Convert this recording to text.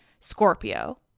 Scorpio